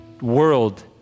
world